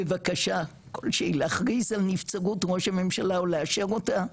בבקשה כלשהי להכריז על נבצרות ראש הממשלה או לאשר אותה,